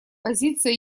позиция